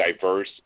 diverse